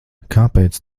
kāpēc